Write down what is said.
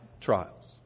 trials